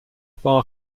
far